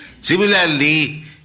Similarly